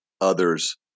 others